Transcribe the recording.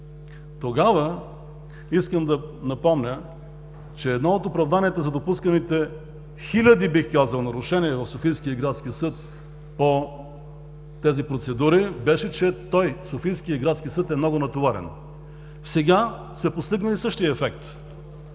години. Искам да напомня, че тогава едно от оправданията за допусканите, бих казал, хиляди нарушения в Софийския градски съд по тези процедури беше, че той, Софийският градски съд е много натоварен. Сега сме постигнали същия ефект.